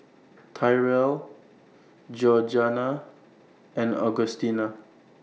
Tyrell Georganna and Augustina